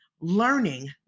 learning